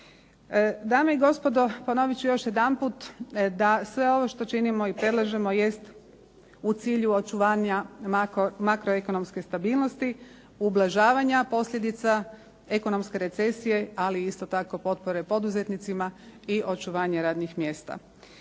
Dame i gospodo, ponoviti ću još jedanput da sve ovo što činimo i predlažemo jest u cilju očuvanja makroekonomske stabilnosti, ublažavanja posljedica ekonomske recesije, ali isto tako potpore poduzetnicima i očuvanje radnih mjesta.